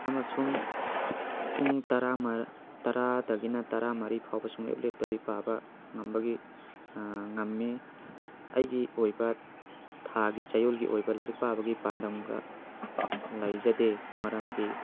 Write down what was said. ꯑꯃꯁꯨꯡ ꯄꯨꯡ ꯇꯔꯥꯗꯒꯤꯅ ꯇꯔꯥꯃꯔꯤ ꯐꯥꯎꯕ ꯁꯨꯡꯂꯦꯞ ꯂꯦꯞꯇꯕꯤ ꯄꯥꯕ ꯉꯝꯕꯒꯤ ꯉꯝꯃꯤ ꯑꯩꯒꯤ ꯑꯣꯏꯕ ꯊꯥꯒꯤ ꯆꯌꯣꯜꯒꯤ ꯑꯣꯏꯕ ꯂꯥꯏꯔꯤꯛ ꯄꯥꯕꯒꯤ ꯄꯥꯟꯗꯝꯒ ꯂꯩꯖꯗꯦ ꯃꯔꯝꯗꯤ